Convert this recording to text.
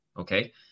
okay